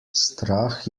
strah